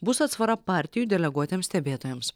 bus atsvara partijų deleguotiems stebėtojams